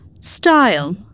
Style